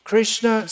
Krishna